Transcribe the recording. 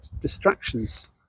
distractions